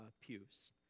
pews